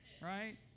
right